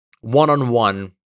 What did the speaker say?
one-on-one